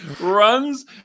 runs